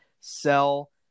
sell